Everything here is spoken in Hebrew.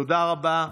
תודה רבה.